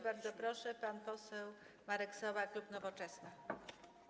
Bardzo proszę, pan poseł Marek Sowa, klub Nowoczesna.